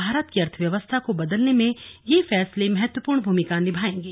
भारत की अर्थव्यवस्था को बदलने में ये फैसले महत्वपूर्ण भूमिका निभाएंगे